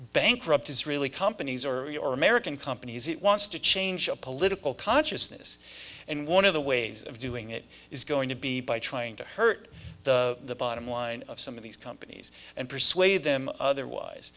bankrupt israeli companies or your american companies it wants to change a political consciousness and one of the ways of doing it is going to be by trying to hurt the bottom line of some of these companies and persuade them otherwise